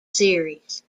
series